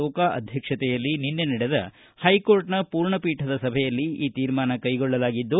oak ಅಧ್ಯಕ್ಷತೆಯಲ್ಲಿ ನಿನ್ನೆ ನಡೆದ ಹೈಕೋರ್ಟ್ನ ಪೂರ್ಣಪೀಠದ ಸಭೆಯಲ್ಲಿ ಈ ತೀರ್ಮಾನ ಕೈಗೊಳ್ಳಲಾಗಿದ್ದು